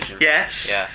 Yes